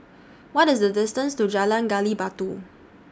What IS The distance to Jalan Gali Batu